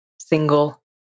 single